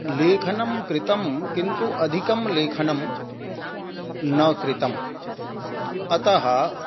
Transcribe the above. लेखनं कृतं किन्तु अधिकं लेखनं न कृतम् अतः